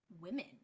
women